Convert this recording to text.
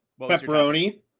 pepperoni